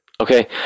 okay